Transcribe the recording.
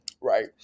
right